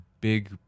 big